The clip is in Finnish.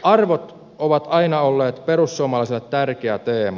arvot ovat aina olleet perussuomalaisille tärkeä teema